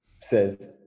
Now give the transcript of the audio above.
says